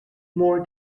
more